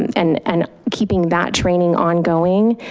and and keeping that training ongoing.